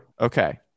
Okay